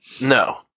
No